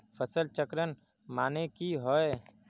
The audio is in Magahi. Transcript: फसल चक्रण माने की होय?